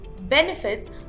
benefits